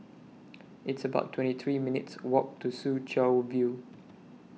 It's about twenty three minutes' Walk to Soo Chow View